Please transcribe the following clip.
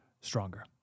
stronger